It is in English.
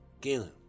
Galen